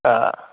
آ